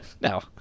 No